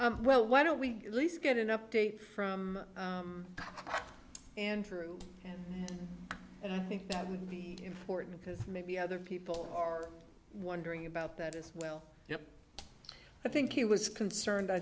well why don't we at least get an update from andrew and i think that would be important because maybe other people are wondering about that as well yeah i think he was concerned i